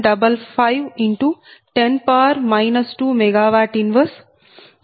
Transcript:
0175510 2MW 1B120